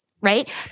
right